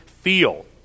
feel